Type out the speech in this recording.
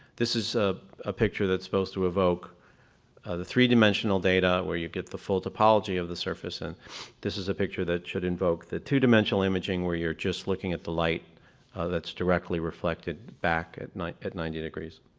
this is a picture that's supposed to evoke the three-dimensional data where you get the full topology of the surface and this is a picture that should invoke the two-dimensional imaging where you're just looking at the light that's directly reflected back at ninety at ninety degrees.